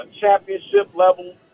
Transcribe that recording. championship-level